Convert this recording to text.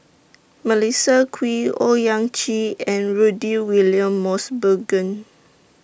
Melissa Kwee Owyang Chi and Rudy William Mosbergen